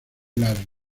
las